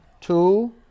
Two